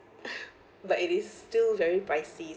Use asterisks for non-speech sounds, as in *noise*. *laughs* but it is still very pricey